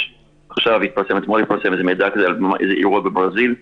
אתמול התפרסם מידע על אירוע בברזיל,